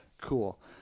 Cool